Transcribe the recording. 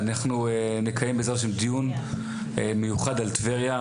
אנחנו נקיים בעזרת השם דיון מיוחד על טבריה.